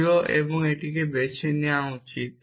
0 এবং একটি বেছে নেওয়া উচিত